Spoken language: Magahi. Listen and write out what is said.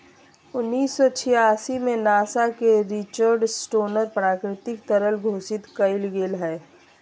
उन्नीस सौ छियानबे में नासा के रिचर्ड स्टोनर प्राकृतिक तरल घोषित कइलके हल